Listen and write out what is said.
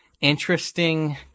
interesting